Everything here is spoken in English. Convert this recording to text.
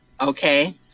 Okay